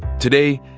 today,